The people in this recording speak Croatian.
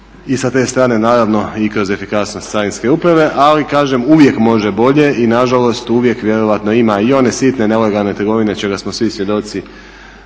I sa te strane naravno i kroz efikasnost carinske uprave. Ali kažem, uvijek može bolje i nažalost uvijek vjerojatno ima i one sitne nelegalne trgovine čega smo svi svjedoci